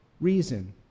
reason